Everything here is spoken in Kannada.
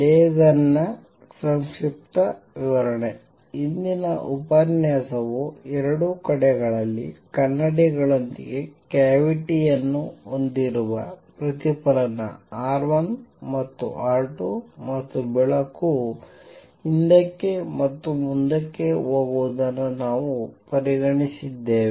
ಲೇಸರ್ನ ಸಂಕ್ಷಿಪ್ತ ವಿವರಣೆ ಹಿಂದಿನ ಉಪನ್ಯಾಸವು ಎರಡು ಕಡೆಗಳಲ್ಲಿ ಕನ್ನಡಿಗಳೊಂದಿಗೆ ಕ್ಯಾವಿಟಿಯನ್ನು ಹೊಂದಿರುವ ಪ್ರತಿಫಲನ R1 ಮತ್ತು R2 ಮತ್ತು ಬೆಳಕು ಹಿಂದಕ್ಕೆ ಮತ್ತು ಮುಂದಕ್ಕೆ ಹೋಗುವುದನ್ನು ನಾವು ಪರಿಗಣಿಸಿದ್ದೇವೆ